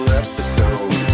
episode